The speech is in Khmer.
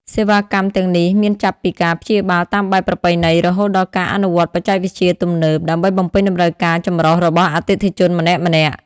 សេវាកម្មទាំងនេះមានចាប់ពីការព្យាបាលតាមបែបប្រពៃណីរហូតដល់ការអនុវត្តន៍បច្ចេកវិទ្យាទំនើប ដើម្បីបំពេញតម្រូវការចម្រុះរបស់អតិថិជនម្នាក់ៗ។